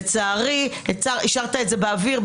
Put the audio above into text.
לצערי השארת את זה באוויר,